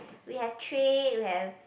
we have tray we have